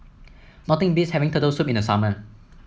nothing beats having Turtle Soup in the summer